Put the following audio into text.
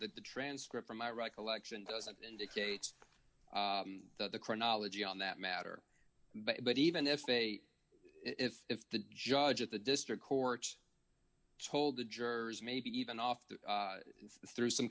that the transcript from my recollection doesn't indicates the chronology on that matter but even if they if the judge at the district courts told the jurors maybe even off through some